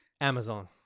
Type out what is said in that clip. amazon